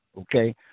okay